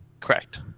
Correct